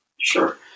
Sure